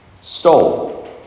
stole